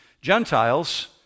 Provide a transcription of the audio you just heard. Gentiles